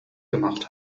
gemacht